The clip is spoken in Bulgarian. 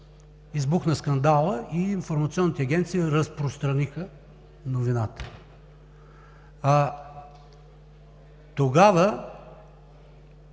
избухна скандалът и информационните агенции разпространиха новината. Тогава